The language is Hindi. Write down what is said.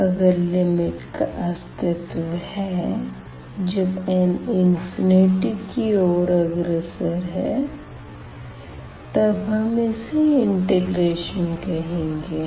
अगर लिमिट का अस्तित्व है जब n इंफिनिटी को अग्रसर है तब हम इसे इंटीग्रेशन कहेंगे